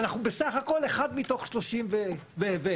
אנחנו בסך הכול אחד מתוך 30 ו- ו-,